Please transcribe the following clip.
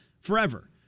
forever